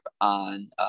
on